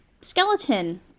skeleton